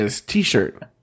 T-shirt